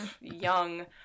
young